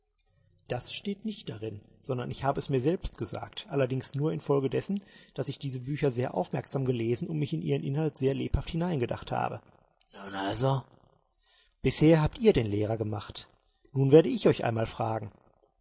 das steht nicht darin sondern ich habe es mir selbst gesagt allerdings nur infolgedessen daß ich diese bücher sehr aufmerksam gelesen und mich in ihren inhalt sehr lebhaft hineingedacht habe nun also bisher habt ihr den lehrer gemacht nun werde ich euch auch einmal fragen